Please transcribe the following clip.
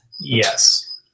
Yes